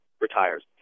retires